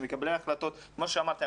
כמו שאמרתי,